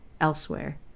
elsewhere